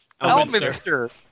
Elminster